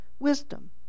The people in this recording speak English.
wisdom